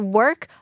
work